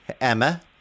Emma